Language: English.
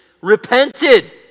repented